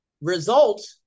result